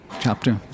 chapter